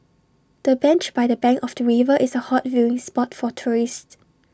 the bench by the bank of the river is A hot viewing spot for tourists